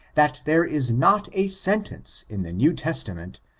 that there is not a sentence in the new testament,